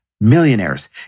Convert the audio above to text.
millionaires